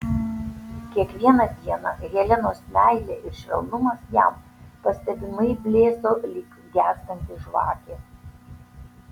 kiekvieną dieną helenos meilė ir švelnumas jam pastebimai blėso lyg gęstanti žvakė